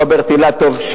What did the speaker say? רוברט אילטוב,